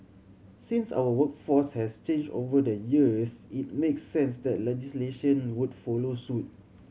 since our workforce has changed over the years it makes sense that legislation would follow suit